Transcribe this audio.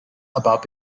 about